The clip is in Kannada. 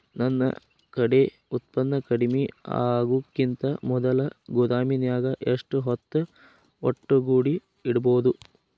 ನನ್ ಕಡೆ ಉತ್ಪನ್ನ ಕಡಿಮಿ ಆಗುಕಿಂತ ಮೊದಲ ಗೋದಾಮಿನ್ಯಾಗ ಎಷ್ಟ ಹೊತ್ತ ಒಟ್ಟುಗೂಡಿ ಇಡ್ಬೋದು?